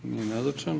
Nije nazočan.